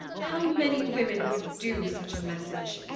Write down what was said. how many women would do such a message?